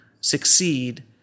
succeed